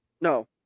no